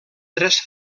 tres